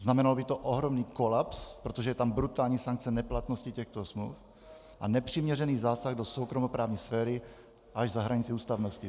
Znamenalo by to ohromný kolaps, protože je tam brutální sankce neplatnosti těchto smluv a nepřiměřený zásah do soukromoprávní sféry až za hranici ústavnosti.